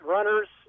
Runners